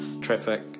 traffic